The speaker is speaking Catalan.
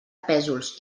pèsols